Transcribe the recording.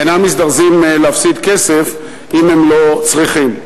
אינם מזדרזים להפסיד כסף אם הם לא צריכים.